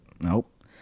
nope